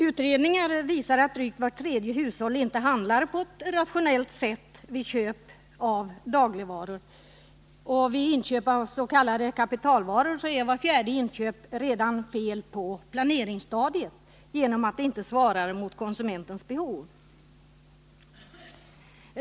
Utredningen visar att drygt vart tredje hushåll inte handlar på ett rationellt sätt vid köp av dagligvaror, och vart fjärde inköp av s.k. kapitalvaror är fel redan på planeringsstadiet genom att det inte svarar mot konsumentens behov.